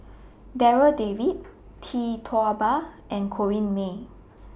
Darryl David Tee Tua Ba and Corrinne May